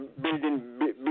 building